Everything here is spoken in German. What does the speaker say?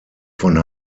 von